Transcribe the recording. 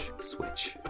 switch